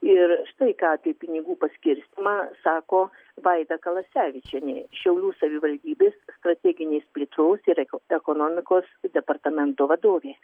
ir štai ką apie pinigų paskirstymą sako vaida kalasevičienė šiaulių savivaldybės strateginės plėtros ir rinkos ekonomikos departamento vadovė